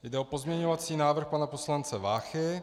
Jde o pozměňovací návrh pana poslance Váchy.